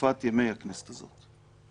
לתקופת ימי הכנסת הזאת.